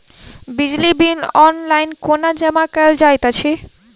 बिजली bill online कोना जमा कएल जाइत अछि?